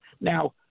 Now